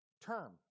term